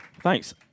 Thanks